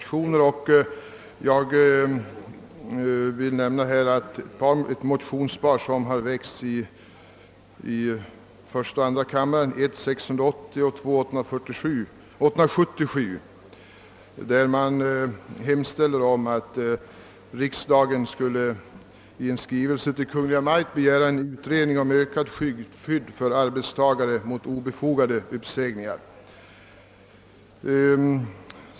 I motionsparet 1:680 och 1II:877 har exempelvis hemställts att riksdagen måtte besluta att i skrivelse till Kungl. Maj:t begära en utredning om ökat skydd för arbetstagare mot obefogade uppsägningar.